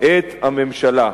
את הממשלה.